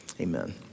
amen